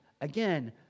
Again